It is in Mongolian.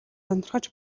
сонирхож